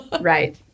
Right